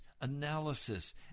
analysis